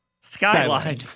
skyline